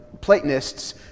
Platonists